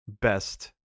best